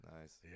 nice